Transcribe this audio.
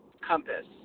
compass